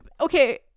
okay